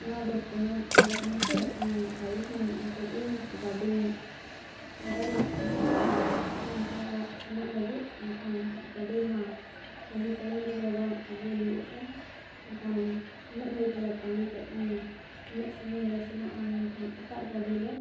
ᱱᱚᱣᱟ ᱫᱚ ᱠᱩᱱᱟᱹ ᱵᱮᱲᱟ ᱠᱟᱱᱟ ᱪᱮ ᱟᱢ ᱨᱟᱡᱮᱥᱮᱢ ᱢᱮᱱᱮᱜᱼᱟ ᱥᱮ ᱤᱧ ᱜᱟ ᱰᱤᱧ ᱚᱰᱟᱨ ᱞᱮᱫ ᱛᱟᱦᱮᱱ ᱢᱤᱫᱴᱮᱱ ᱯᱮᱲᱟ ᱚᱲᱟᱜ ᱥᱮᱱᱚᱜ ᱞᱟᱹᱜᱤᱫ ᱮᱱᱠᱷᱟᱱ ᱜᱟᱹᱰᱤᱢᱟ ᱥᱟᱦᱤ ᱴᱟᱭᱤᱢ ᱨᱮᱜᱮ ᱵᱟᱢ ᱟᱹᱜᱩ ᱞᱮᱫᱟ ᱮᱱᱠᱷᱟᱱ ᱩᱱᱟᱹᱜ ᱜᱷᱟᱹᱲᱤᱠᱼᱞᱮ ᱛᱟᱺᱜᱤ ᱠᱮᱫ ᱢᱮᱭᱟ ᱩᱱᱟᱹᱜ ᱥᱟᱺᱜᱤᱧᱼᱞᱮ ᱥᱮᱱᱚᱜᱼᱟ ᱢᱮᱱᱠᱷᱟᱱ ᱮᱴᱟᱜ ᱜᱟᱹᱰᱤᱞᱮ